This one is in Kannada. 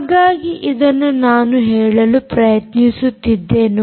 ಹಾಗಾಗಿ ಇದನ್ನು ನಾನು ಹೇಳಲು ಪ್ರಯತ್ನಿಸುತ್ತಿದ್ದೆನು